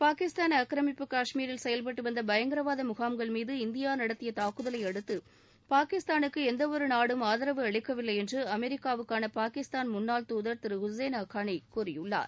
பாகிஸ்தான் ஆக்கிரமிப்பு காஷ்மீரில் செயவ்பட்டுவந்த பயங்கரவாத முகாம்கள் மீது இந்தியா நடத்திய தூக்குதலை அடுத்து பாகிஸ்தானுக்கு எந்வொரு நாடும் ஆதரவு அளிக்கவில்லை என்று அமெரிக்காவுக்கான பாகிஸ்தான் முன்னாள் தூதர் திரு உசேன் ஹக்கானி கூறியுள்ளார்